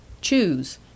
Choose